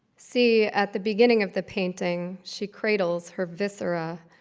see, at the beginning of the painting she cradles her viscera,